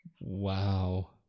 Wow